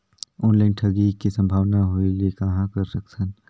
Online ठगी के संभावना होय ले कहां कर सकथन?